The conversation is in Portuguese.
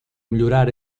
melhorar